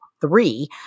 three